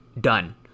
done